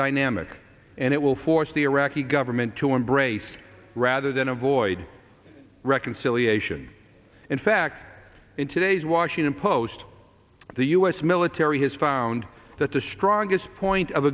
dynamic and it will force the iraqi government to embrace rather than avoid reconciliation in fact in today's washington post the us military has found that the strongest point of